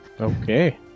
Okay